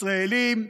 ישראלים,